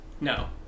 No